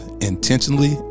intentionally